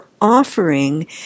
offering